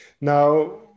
Now